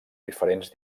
diferents